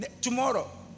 tomorrow